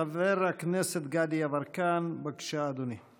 חבר הכנסת גדי יברקן, בבקשה, אדוני.